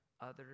others